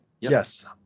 Yes